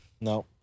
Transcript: No